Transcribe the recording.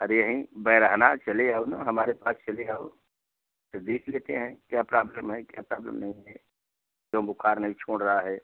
अरे यहीं बैरहना चले आओ न हमारे पास चले आओ तो देख लेते हैं क्या प्राब्लम है क्या प्राब्लम नहीं है क्यों बुखार नहीं छोड़ रहा है